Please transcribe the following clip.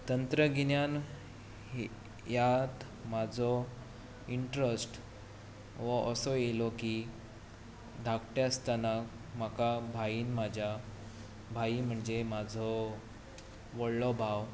तंत्रगिन्यान ह्या म्हजो इन्ट्रस्ट असो आयलो की धाकटो आसतना म्हाका भाईन म्हज्या भाई म्हणजे म्हजो व्हडलो भाव